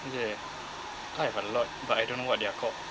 yeah I have a lot but I don't know what they are called